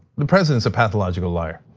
the president's a pathological liar.